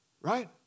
right